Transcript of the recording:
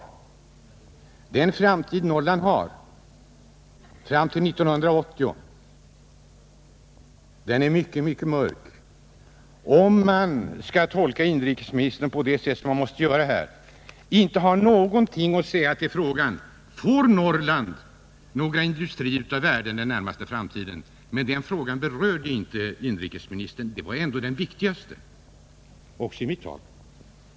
Norrlands framtid, fram till 1980, är mycket mörk om man skall tolka inrikesministern på det sätt man måste göra när han inte har något att svara på frågan: Får Norrland några industrier av värde under den närmaste framtiden? Den frågan berörde inte inrikesministern, och det var ändå den viktigaste, också i mitt anförande.